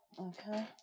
Okay